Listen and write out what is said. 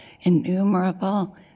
innumerable